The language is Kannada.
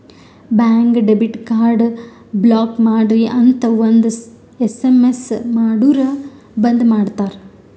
ಬ್ಯಾಂಕ್ಗ ಡೆಬಿಟ್ ಕಾರ್ಡ್ ಬ್ಲಾಕ್ ಮಾಡ್ರಿ ಅಂತ್ ಒಂದ್ ಎಸ್.ಎಮ್.ಎಸ್ ಮಾಡುರ್ ಬಂದ್ ಮಾಡ್ತಾರ